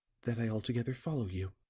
that i altogether follow you.